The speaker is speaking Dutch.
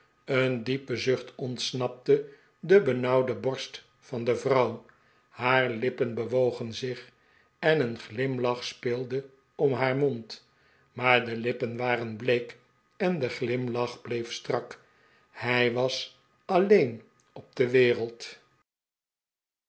een diepe zucht ontsnapte de benauwde borst van de vrouw haar lippen bewogen zich en een glimlach speelde om haar mond maar de lippen waren bleek en de glimlach bleef strak hij was alleen op de wereld